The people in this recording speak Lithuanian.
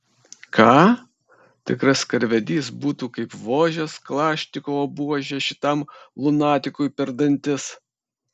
ką tikras karvedys būtų kaip vožęs kalašnikovo buože šitam lunatikui per dantis